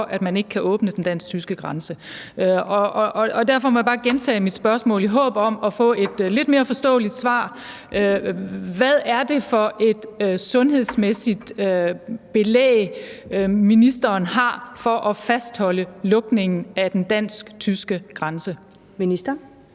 at man ikke kan åbne den dansk-tyske grænse. Derfor må jeg bare gentage mit spørgsmål i håbet om at få et lidt mere forståeligt svar: Hvad er det for et sundhedsmæssigt belæg, ministeren har for at fastholde lukningen af den dansk-tyske grænse? Kl.